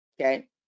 okay